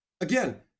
Again